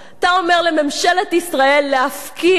אתה אומר לממשלת ישראל להפקיע,